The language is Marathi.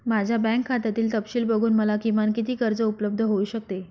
माझ्या बँक खात्यातील तपशील बघून मला किमान किती कर्ज उपलब्ध होऊ शकते?